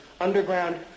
underground